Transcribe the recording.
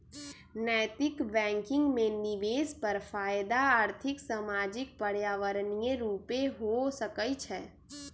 नैतिक बैंकिंग में निवेश पर फयदा आर्थिक, सामाजिक, पर्यावरणीय रूपे हो सकइ छै